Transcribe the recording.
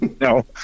No